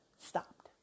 stopped